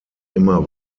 immer